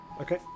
Okay